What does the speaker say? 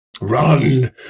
Run